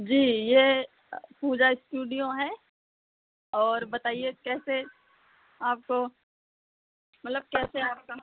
जी ये पूजा स्टूडियो है और बताइए कैसे आपको मतलब कैसे आपका